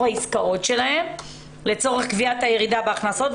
העסקאות שלהן לצורך קביעת הירידה בהכנסות,